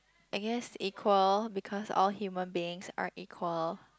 I guess equal because all human beings are equal